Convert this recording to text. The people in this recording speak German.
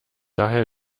daher